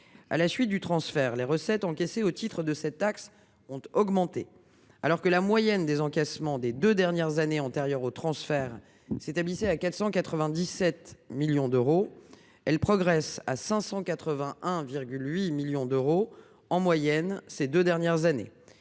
À la suite du transfert à la DGFiP, les recettes encaissées au titre de cette taxe ont augmenté. Ainsi, alors que la moyenne des encaissements des deux dernières années antérieures au transfert s’établissait à 497 millions d’euros, elle progresse à 581,8 millions d’euros en moyenne ces deux dernières années.